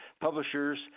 publishers